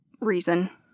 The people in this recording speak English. reason